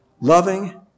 loving